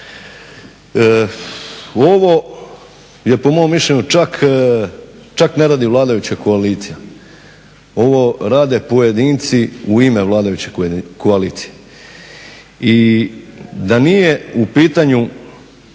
Ovo je po mom mišljenju čak ne radi vladajuće koalicije ovo rade pojedinci u ime vladajuće koalicije. I da nije u pitanju